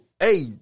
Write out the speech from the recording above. Hey